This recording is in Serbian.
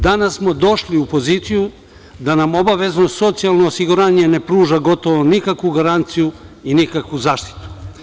Danas smo došli u poziciju da nam obavezno socijalno osiguranje ne pruža gotovo nikakvu garanciju i nikakvu zaštitu.